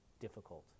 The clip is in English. difficult